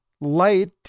Light